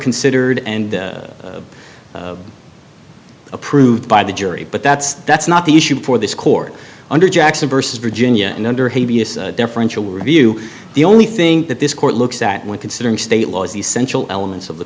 considered and approved by the jury but that's that's not the issue for this court under jackson versus virginia and under differential review the only thing that this court looks at when considering state law is the essential elements of the